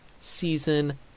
season